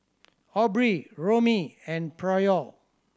Aubrey Romie and Pryor